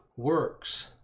works